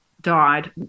died